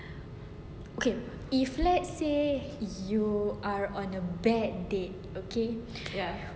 okay if let's say you are on a bad date okay